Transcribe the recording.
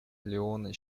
леоне